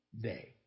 day